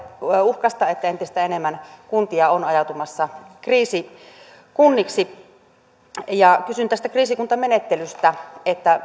uhkaa että entistä enemmän kuntia on ajautumassa kriisikunniksi kysyn tästä kriisikuntamenettelystä